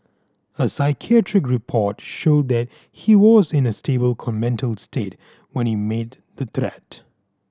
a psychiatric report showed that he was in a stable mental state when he made the threat